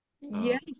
Yes